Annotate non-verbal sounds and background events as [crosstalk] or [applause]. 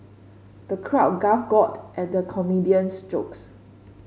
the crowd [unintelligible] at the comedian's jokes